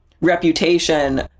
reputation